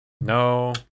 no